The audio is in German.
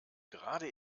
gerade